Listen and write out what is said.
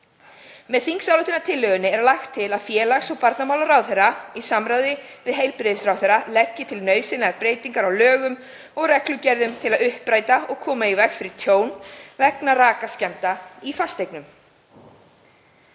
Með þingsályktunartillögunni er lagt til að félags- og barnamálaráðherra, í samráði við heilbrigðisráðherra, leggi til nauðsynlegar breytingar á lögum og reglugerðum til að uppræta og koma í veg fyrir tjón vegna rakaskemmda í fasteignum.